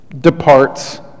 departs